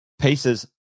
pieces